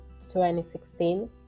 2016